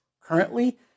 currently